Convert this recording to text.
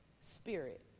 spirit